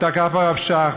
תקף הרב שך,